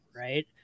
right